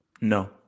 No